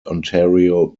ontario